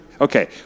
okay